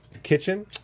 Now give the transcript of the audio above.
Kitchen